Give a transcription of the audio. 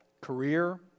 Career